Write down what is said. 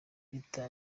rita